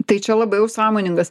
tai čia labai jau sąmoningas